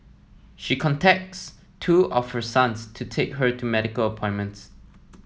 she contacts two of her sons to take her to medical appointments